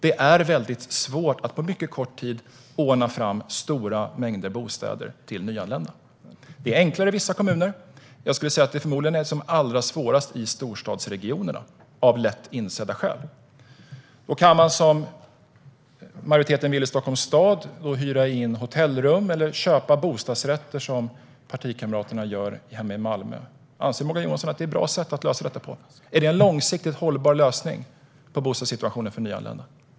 Det är väldigt svårt att på mycket kort tid ordna fram stora mängder bostäder till nyanlända. Det är enklare i vissa kommuner. Jag skulle säga att det förmodligen är allra svårast i storstadsregionerna, av lätt insedda skäl. Majoriteten i Stockholms stad vill hyra in hotellrum, medan partikamraterna i Malmö köper bostadsrätter. Anser Morgan Johansson att det är ett bra sätt att lösa detta? Är det en långsiktigt hållbar lösning på bostadssituationen för nyanlända?